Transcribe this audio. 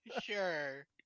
Sure